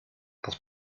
pour